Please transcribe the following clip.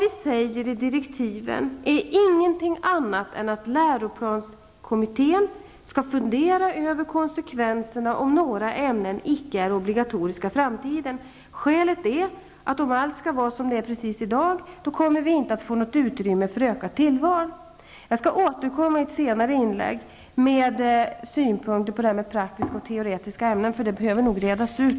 I direktiven säger vi ingenting annat än att läroplanskommittén skall fundera över konsekvenserna av om några ämnen icke kommer att vara obligatoriska ämnen i framtiden. Skälet är att om allt skall vara precis som det är i dag, kommer vi inte att få något utrymme för ökat tillval. Jag skall i ett senare inlägg återkomma med synpunkter på frågan om praktiska och teoretiska ämnen. Den behöver nog redas ut.